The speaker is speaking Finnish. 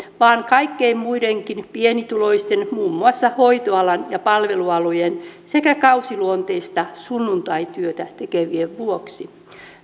vaan kaikkien muidenkin pienituloisten muun muassa hoitoalan ja palvelualojen sekä kausiluonteista sunnuntaityötä tekevien vuoksi